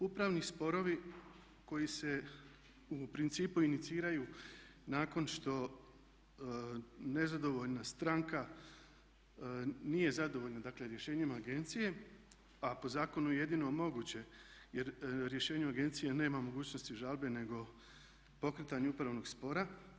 Upravni sporovi koji se u principu iniciraju nakon što nezadovoljna stranka nije zadovoljna rješenjima agencije a po zakonu jedino moguće jer rješenju agencije nema mogućnosti žalbe nego pokretanju upravnog spora.